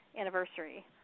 anniversary